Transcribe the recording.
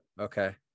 Okay